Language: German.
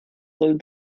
sollen